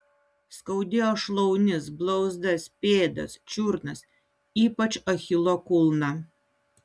skaudėjo šlaunis blauzdas pėdas čiurnas ypač achilo kulną